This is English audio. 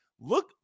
Look